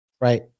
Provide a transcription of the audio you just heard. Right